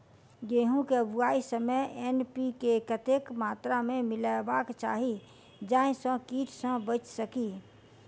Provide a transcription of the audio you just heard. गेंहूँ केँ बुआई समय एन.पी.के कतेक मात्रा मे मिलायबाक चाहि जाहि सँ कीट सँ बचि सकी?